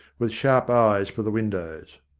with sharp eyes for the windows.